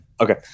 Okay